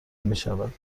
میشود